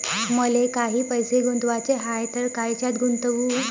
मले काही पैसे गुंतवाचे हाय तर कायच्यात गुंतवू?